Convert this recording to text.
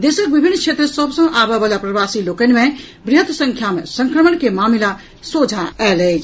देशक विभिन्न क्षेत्र सभ सँ आबय वला प्रवासी लोकनि मे वृहत संख्या मे संक्रमण के मामिला सोझा आयल अछि